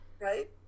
Right